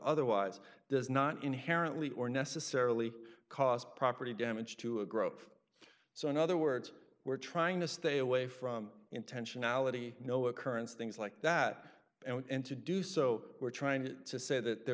otherwise does not inherently or necessarily cause property damage to a grove so in other words we're trying to stay away from intentionality no occurrence things like that and to do so we're trying to say that there